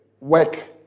work